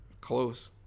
Close